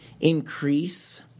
increase